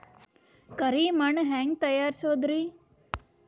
ಕರಿ ಮಣ್ ಹೆಂಗ್ ತಯಾರಸೋದರಿ?